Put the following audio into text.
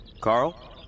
Carl